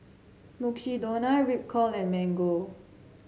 Mukshidonna Ripcurl and Mango